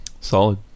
Solid